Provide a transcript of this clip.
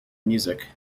music